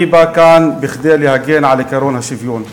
אני בא לכאן כדי להגן על עקרון השוויון,